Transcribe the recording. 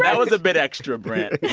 yeah was a bit extra, brent.